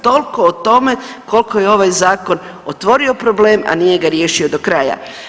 Toliko o tome koliko je ovaj zakon otvorio problem, a nije ga riješio do kraja.